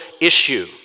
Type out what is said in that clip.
issue